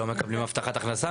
לא מקבלים הבטחת הכנסה,